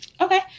Okay